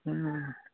ꯎꯝ